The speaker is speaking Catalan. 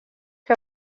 que